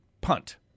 punt